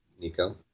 Nico